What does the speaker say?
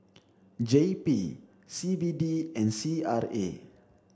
J P C B D and C R A